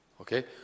Okay